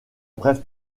bref